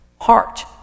heart